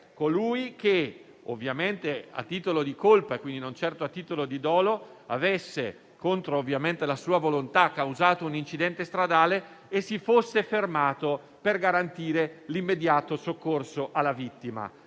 colui che, a titolo di colpa, non certo a titolo di dolo, avesse causato - ovviamente contro la sua volontà - un incidente stradale e si fosse fermato per garantire l'immediato soccorso alla vittima.